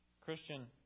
Christian